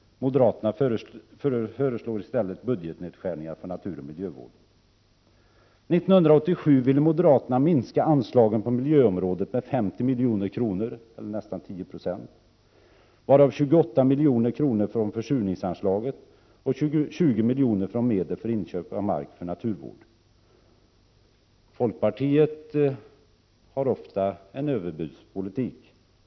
Moderaterna föreslår i stället budgetnedskärningar för naturoch miljövården. År 1987 ville moderaterna minska anslagen på miljöområdet med 50 milj.kr. eller nästan 10 26, varav 28 milj.kr. från försurningsanslaget och 20 milj.kr. från medel för inköp av mark för naturvård. Folkpartiet för ofta en överbudspolitik.